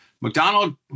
McDonald